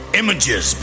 images